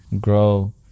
grow